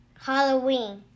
Halloween